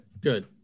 good